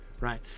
Right